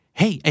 hey